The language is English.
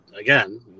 again –